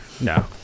No